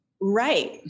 right